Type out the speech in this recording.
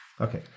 Okay